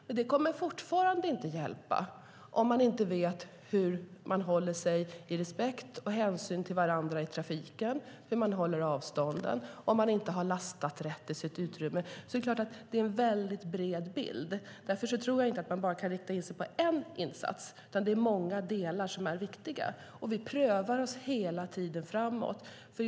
Men det kommer fortfarande inte att hjälpa om man inte vet hur man visar respekt och hänsyn till varandra i trafiken, hur man håller avstånden och hur man agerar om man inte har lastat rätt i sitt utrymme. Det är klart att det är en väldigt bred bild. Därför tror jag inte att man kan rikta in sig på bara en insats, utan det är många delar som är viktiga. Vi prövar oss hela tiden framåt.